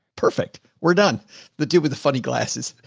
perfect. we're done the dude with the funny glasses.